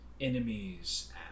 enemies